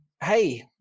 hey